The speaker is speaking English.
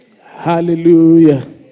Hallelujah